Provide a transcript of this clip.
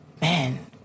man